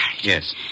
Yes